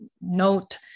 note